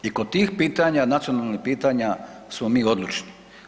I kod tih pitanja nacionalnih pitanja smo mi odlučni.